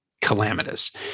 calamitous